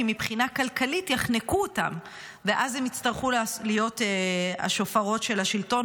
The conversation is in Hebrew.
כי מבחינה כלכלית יחנקו אותם ואז הם יצטרכו להיות השופרות של השלטון,